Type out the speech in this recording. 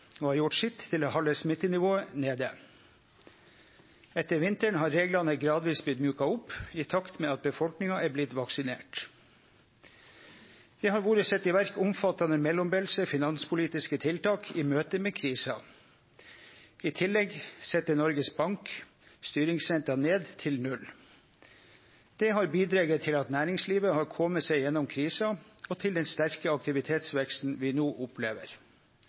og har gjort sitt til å halde smittenivået nede. Etter vinteren har reglane gradvis blitt mjuka opp, i takt med at befolkninga er blitt vaksinert. Det har vore sett i verk omfattande mellombelse finanspolitiske tiltak i møte med krisa. I tillegg sette Noregs Bank styringsrenta ned til null. Det har bidrege til at næringslivet har kome seg gjennom krisa, og til den sterke aktivitetsveksten vi no opplever.